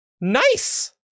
Nice